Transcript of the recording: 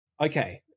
okay